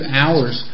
hours